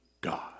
God